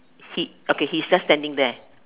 he okay he's just standing there